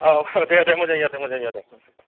औ दे दे मोजां जादों मोजां जादों